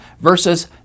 versus